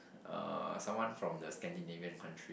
uh someone from the Scandinavian country